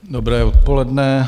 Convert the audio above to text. Dobré odpoledne.